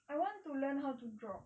I want to learn how to draw